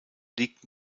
liegt